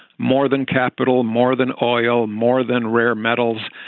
more than capital, more than oil, more than rare metals,